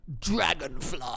Dragonfly